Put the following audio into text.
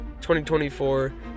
2024